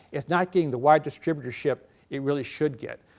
its not getting the wide distributorship it really should get.